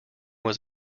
was